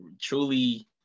Truly